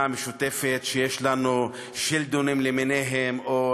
המשותפת שיש לנו שלדונים למיניהם או,